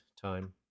time